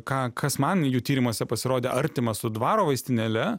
ką kas man jų tyrimuose pasirodė artima su dvaro vaistinėle